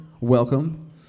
Welcome